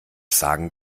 sagen